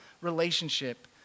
relationship